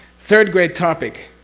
third great topic.